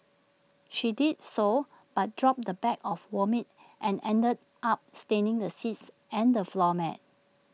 she did so but dropped the bag of vomit and ended up staining the seats and the floor mat